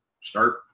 start